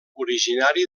originari